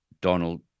Donald